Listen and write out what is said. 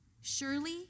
surely